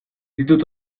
ditut